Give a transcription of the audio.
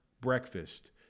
breakfast